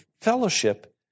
fellowship